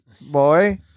boy